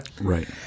Right